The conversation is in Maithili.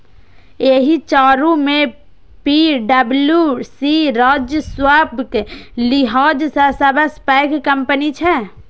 एहि चारू मे पी.डब्ल्यू.सी राजस्वक लिहाज सं सबसं पैघ कंपनी छै